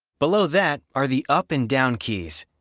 below that are the up and down keys.